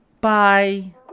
Bye